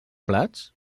plats